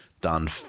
done